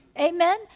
Amen